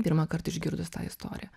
pirmąkart išgirdus tą istoriją